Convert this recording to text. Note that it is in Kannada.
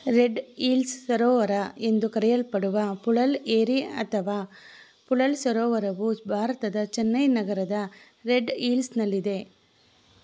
ರೆಡ್ ಇಲ್ಸ್ ಸರೋವರ ಎಂದು ಕರೆಯಲ್ಪಡುವ ಪುಳಲ್ ಏರಿ ಅಥವಾ ಪುಳಲ್ ಸರೋವರವು ಭಾರತದ ಚೆನ್ನೈ ನಗರದ ರೆಡ್ ಇಲ್ಸ್ನಲ್ಲಿದೆ